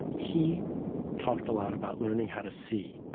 he talked a lot about learning how to see,